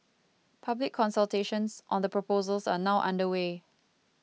public consultations on the proposals are now underway